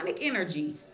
Energy